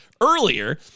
earlier